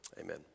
Amen